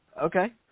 Okay